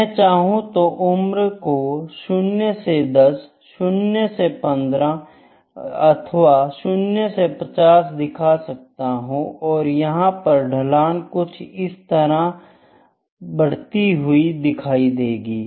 मैं चाहूं तो उम्र को 0 से 10 0 से 15 अथवा 0 से 50 दिखा सकता हूं और यहां पर ढाल कुछ इस तरह बढ़ती हुई दिखेगी